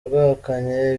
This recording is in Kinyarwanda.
rwahakanye